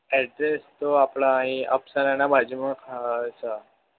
address તો આપણે અહીં અપ્સરનાં બાજુમાં ખ છે